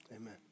Amen